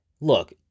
look